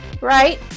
Right